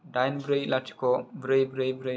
दाइन ब्रै लाथिख' ब्रै ब्रै ब्रै